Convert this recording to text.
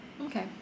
Okay